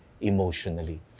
emotionally